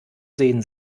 sehen